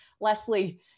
Leslie